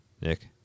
Nick